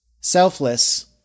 selfless